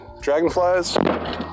Dragonflies